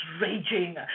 raging